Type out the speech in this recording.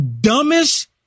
dumbest